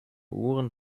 uhren